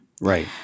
Right